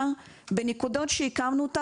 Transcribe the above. אנשים שהולכים עכשיו